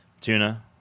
Tuna